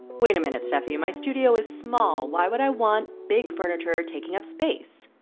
wait a minute steffi, my studio is small, why would i want big furniture taking up space?